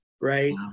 right